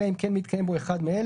אלא אם כן מתקיים בו אחד מאלה: